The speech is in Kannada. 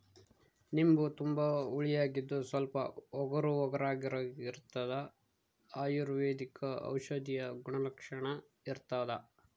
ನಿಂಬು ತುಂಬಾ ಹುಳಿಯಾಗಿದ್ದು ಸ್ವಲ್ಪ ಒಗರುಒಗರಾಗಿರಾಗಿರ್ತದ ಅಯುರ್ವೈದಿಕ ಔಷಧೀಯ ಗುಣಲಕ್ಷಣ ಇರ್ತಾದ